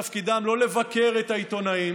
תפקידם לא לבקר את העיתונאים